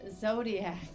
Zodiac